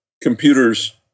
computers